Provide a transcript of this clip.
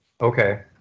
Okay